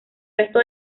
resto